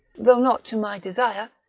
though not to my desire,